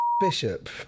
bishop